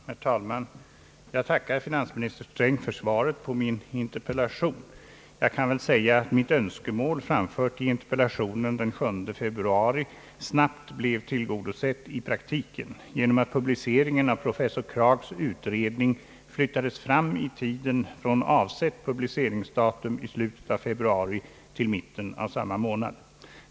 Herr talman! Jag tackar finansminister Sträng för svaret på min interpellation. Jag kan väl säga att mitt önskemål, framfört i interpellation den 7 februari, snabbt blev tillgodosett i praktiken, genom att publiceringen av professor Kraghs utredning flyttades i tiden, från avsett publiceringsdatum i slutet av februari till mitten av samma månad.